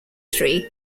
three